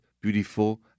beautiful